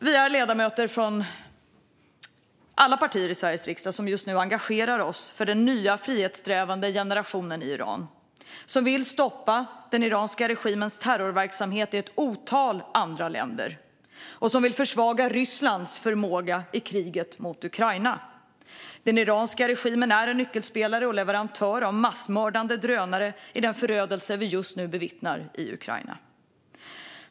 Vi är ledamöter från alla partier i Sveriges riksdag som just nu engagerar oss för den nya, frihetssträvande generationen i Iran, som vill stoppa den iranska regimens terrorverksamhet i ett otal andra länder och som vill försvaga Rysslands förmåga i kriget mot Ukraina. Den iranska regimen är en nyckelspelare och leverantör av massmördande drönare i den förödelse vi just nu bevittnar i Ukraina.